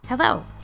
Hello